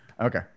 Okay